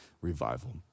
revival